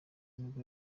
nibwo